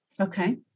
Okay